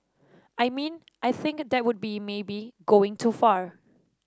I mean I think that would be maybe going too far